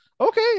okay